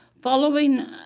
Following